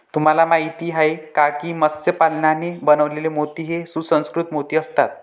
तुम्हाला माहिती आहे का की मत्स्य पालनाने बनवलेले मोती हे सुसंस्कृत मोती असतात